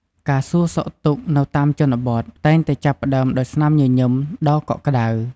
ការសួរសុខទុក្ខនៅតាមជនបទ តែងតែចាប់ផ្តើមដោយស្នាមញញឹមដ៏កក់ក្តៅ។